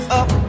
up